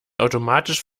automatisch